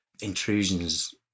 intrusions